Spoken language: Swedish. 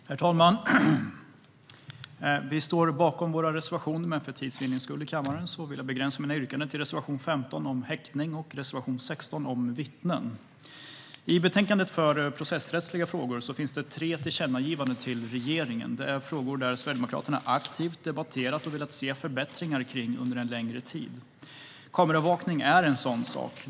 Herr talman! Vi står bakom våra reservationer, men för tids vinnande vill jag begränsa mina yrkanden till reservation 15 om häktning och reservation 16 om vittnen. I betänkandet för processrättsliga frågor finns det tre tillkännagivanden till regeringen. Det är frågor som Sverigedemokraterna aktivt debatterat och velat se förbättringar kring under en längre tid. Kameraövervakning är en sådan sak.